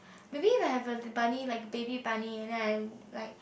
maybe like I have a v~ bunny like baby bunny and then I like